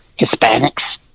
Hispanics